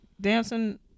dancing